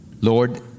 Lord